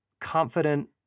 confident